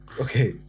Okay